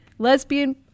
lesbian